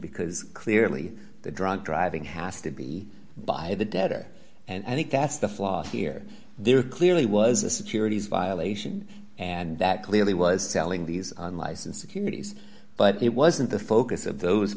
because clearly drunk driving has to be by the debtor and i think that's the flaw here there clearly was a securities violation and that clearly was selling these lies and securities but it wasn't the focus of those